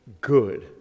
good